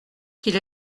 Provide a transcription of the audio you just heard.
qu’il